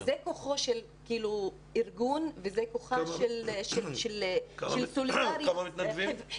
זה כוחו של הארגון וזה כוחה של סולידריות חברתית.